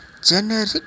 Generic